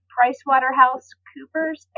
PricewaterhouseCoopers